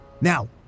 Now